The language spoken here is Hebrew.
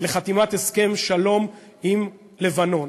לחתימת הסכם שלום עם לבנון.